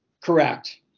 correct